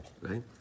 right